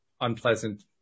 unpleasant